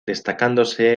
destacándose